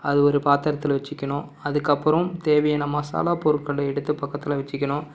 அதை ஒரு பாத்திரத்துல வெச்சுக்கணும் அதுக்கப்புறம் தேவையான மசாலா பொருட்களை எடுத்து பக்கத்தில் வெச்சுக்கணும்